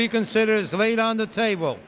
reconsider is laid on the table